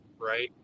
right